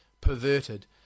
perverted